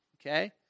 okay